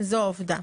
זו העובדה.